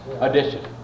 edition